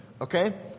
okay